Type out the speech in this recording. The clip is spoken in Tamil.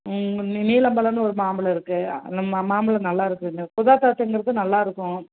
நீலம் பழம்னு ஒரு மாம்பழம் இருக்குது அந்த மாம்பழம் நல்லா இருக்குதுங்க நல்லாயிருக்கும்